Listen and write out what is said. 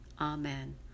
Amen